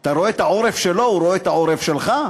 אתה רואה את העורף שלו, והוא רואה את העורף שלך?